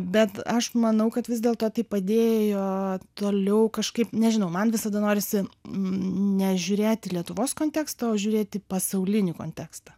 bet aš manau kad vis dėlto tai padėjo toliau kažkaip nežinau man visada norisi nežiūrėti į lietuvos kontekstą o žiūrėti į pasaulinį kontekstą